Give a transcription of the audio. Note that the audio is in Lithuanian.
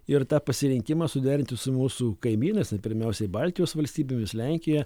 ir tą pasirinkimą suderinti su mūsų kaimynais na pirmiausiai baltijos valstybėmis lenkija